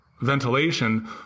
ventilation